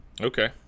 okay